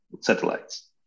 satellites